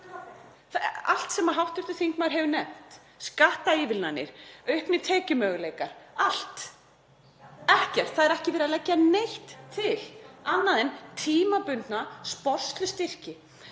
sem hv. þingmaður hefur nefnt; skattaívilnanir, auknir tekjumöguleikar, allt. Það er ekki verið að leggja neitt til annað en tímabundna sporslustyrki.